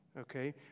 okay